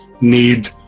need